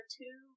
two